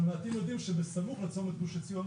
אבל מעטים יודעים שבסמוך לצומת גוש עציון,